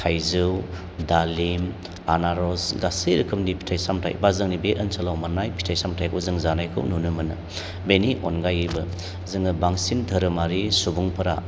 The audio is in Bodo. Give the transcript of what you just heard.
थाइजौ दालिम आनारस गासै रोखोमनि फिथाइ सामथाइ बा जोंनि बे ओनसोलाव मोननाय फिथाइ सामथाइखौ जों जानायखौ नुनो मोनो बेनि अनगायैबो जोङो बांसिन धोरोमारि सुबुंफोरा